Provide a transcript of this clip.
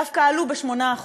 דווקא עלו ב-8%.